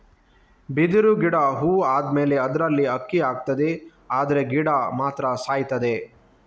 ಬಿದಿರು ಗಿಡ ಹೂ ಆದ್ಮೇಲೆ ಅದ್ರಲ್ಲಿ ಅಕ್ಕಿ ಆಗ್ತದೆ ಆದ್ರೆ ಗಿಡ ಮಾತ್ರ ಸಾಯ್ತದೆ